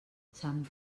sant